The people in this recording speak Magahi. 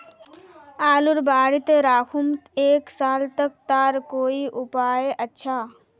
आलूर बारित राखुम एक साल तक तार कोई उपाय अच्छा?